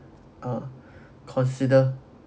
uh consider